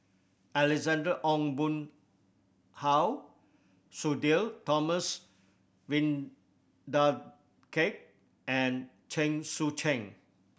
Ong Boon Hau Sudhir Thomas Vadaketh and Chen Sucheng